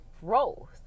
growth